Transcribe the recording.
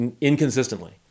inconsistently